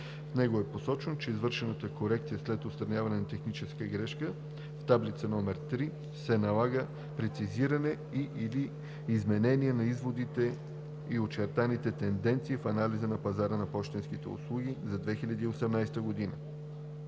него е посочено, че извършената корекция след отстраняване на техническата грешка в таблица № 3 не налага прецизиране и/или изменение на изводите и очертаните тенденции в анализа на пазара на пощенските услуги за 2018 г.